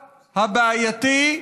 הבעייתי,